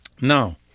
Now